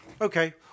Okay